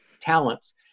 talents